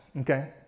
Okay